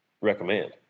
recommend